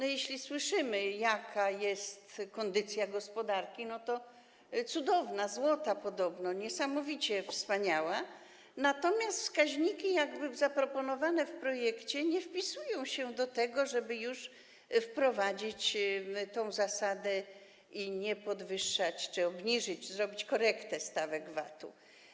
Otóż słyszymy, jaka jest kondycja gospodarki - no, cudowna, złota podobno, niesamowicie wspaniała - natomiast wskaźniki zaproponowane w projekcie nie wpisują się w to, nie pozwalają, żeby już wprowadzić tę zasadę i nie podwyższać czy obniżyć, zrobić korektę stawek VAT-u.